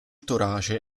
torace